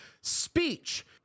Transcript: speech